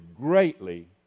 greatly